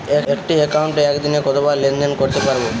একটি একাউন্টে একদিনে কতবার লেনদেন করতে পারব?